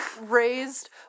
raised